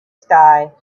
sky